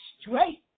straight